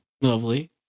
Lovely